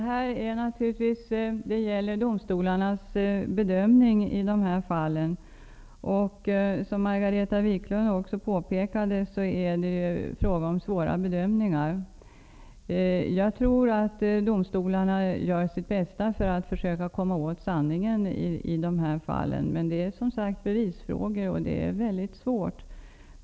Fru talman! Det gäller domstolarnas bedömning i de här fallen. Som Margareta Viklund påpekade är det fråga om svåra bedömningar. Jag tror att domstolarna gör sitt bästa för att försöka komma åt sanningen i de här fallen, men det är som sagt bevisfrågor, och det är mycket svårt.